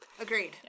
Agreed